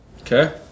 Okay